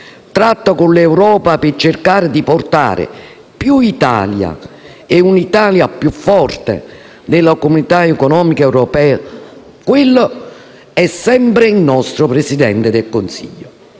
tratta con l'Europa per cercare di portare più Italia e un'Italia più forte nell'Unione europea, quello è sempre il nostro Presidente del Consiglio.